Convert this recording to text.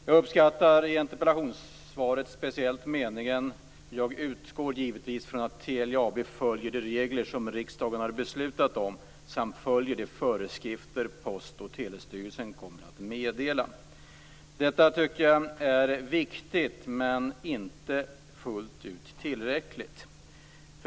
Jag uppskattar i interpellationssvaret speciellt meningen: "Jag utgår givetvis från att Telia AB följer de regler som riksdagen har beslutat om, samt följer de föreskrifter som Post och telestyrelsen kommer att meddela." Detta tycker jag är viktigt men inte fullt ut tillräckligt.